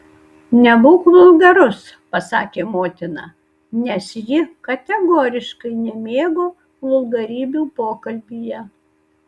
nebūk vulgarus pasakė motina nes ji kategoriškai nemėgo vulgarybių pokalbyje